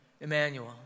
Emmanuel